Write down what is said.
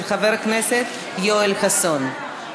של חבר הכנסת יואל חסון.